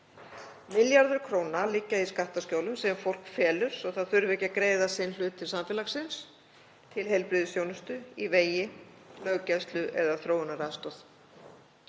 Milljarðar króna liggja í skattaskjólum sem fólk felur svo að það þurfi ekki að greiða sinn hlut til samfélagsins, til heilbrigðisþjónustu, í vegi, löggæslu eða þróunaraðstoð.